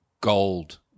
gold